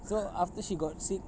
so after she got sick